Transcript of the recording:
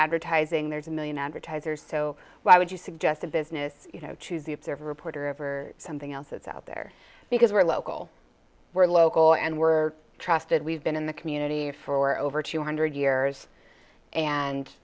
advertising there's a million advertisers so why would you suggest a business you know to the observer reporter of or something else it's out there because we're local we're local and we're trusted we've been in the community for over two hundred years and